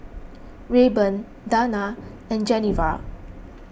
Rayburn Dana and Genevra